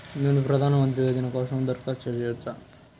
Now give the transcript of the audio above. నేను ప్రధాన మంత్రి యోజన కోసం దరఖాస్తు చేయవచ్చా?